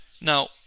Now